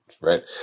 right